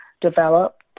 Develop